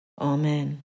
Amen